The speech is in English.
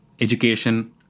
education